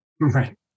Right